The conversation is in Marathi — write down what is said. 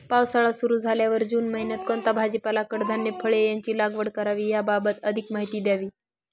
पावसाळा सुरु झाल्यावर जून महिन्यात कोणता भाजीपाला, कडधान्य, फळे यांची लागवड करावी याबाबत अधिक माहिती द्यावी?